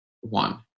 one